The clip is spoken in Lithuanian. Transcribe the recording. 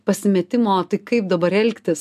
pasimetimo tai kaip dabar elgtis